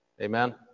Amen